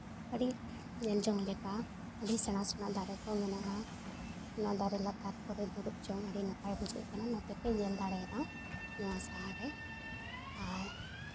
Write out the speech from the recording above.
ᱟᱹᱰᱤ ᱧᱮᱞ ᱡᱚᱝ ᱞᱮᱠᱟ ᱟᱹᱰᱤ ᱥᱮᱬᱟᱼᱥᱮᱬᱟ ᱫᱟᱨᱮ ᱠᱚ ᱢᱮᱱᱟᱜᱼᱟ ᱚᱱᱟ ᱫᱟᱨᱮ ᱞᱟᱛᱟᱨ ᱠᱚᱨᱮ ᱡᱩᱲᱩᱵᱽ ᱡᱚᱝ ᱟᱹᱰᱤ ᱱᱟᱯᱟᱭ ᱵᱩᱡᱷᱟᱹᱜ ᱠᱟᱱᱟ ᱱᱚᱛᱮ ᱯᱮ ᱧᱮᱞ ᱫᱟᱲᱮᱭᱟᱜᱼᱟ ᱱᱚᱣᱟ ᱥᱟᱦᱟ ᱨᱮ ᱟᱨ